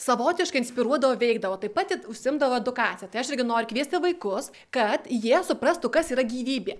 savotiškai inspiruodavo veikdavo taip pat ji užsiimdavo edukacija tai aš irgi noriu kviesti vaikus kad jie suprastų kas yra gyvybė